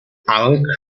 island